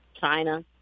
China